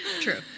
True